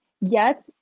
yes